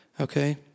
Okay